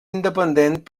independent